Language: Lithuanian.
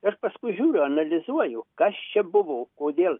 aš paskui žiūriu analizuoju kas čia buvo kodėl